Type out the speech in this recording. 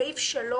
סעיף 3